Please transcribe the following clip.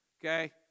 Okay